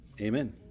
Amen